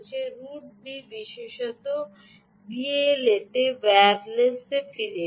root B বিশেষত BLA তে ওয়্যারলেসে ফিরে এসেছে